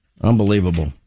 unbelievable